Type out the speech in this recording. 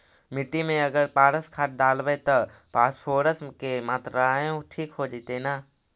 मिट्टी में अगर पारस खाद डालबै त फास्फोरस के माऋआ ठिक हो जितै न?